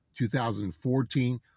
2014